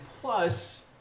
plus